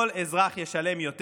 כל אזרח ישלם יותר.